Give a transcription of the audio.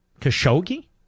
Khashoggi